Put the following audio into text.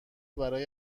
برای